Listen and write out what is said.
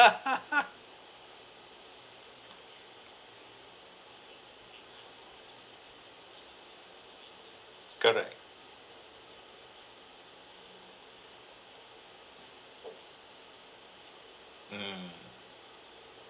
correct mm